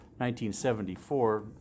1974